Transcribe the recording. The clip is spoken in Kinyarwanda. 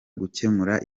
gukemura